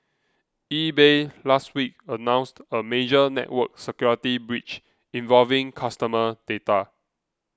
eBay last week announced a major network security breach involving customer data